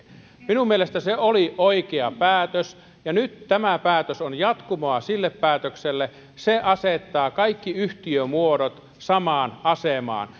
minun mielestäni se oli oikea päätös ja nyt tämä päätös on jatkumoa sille päätökselle se asettaa kaikki yhtiömuodot samaan asemaan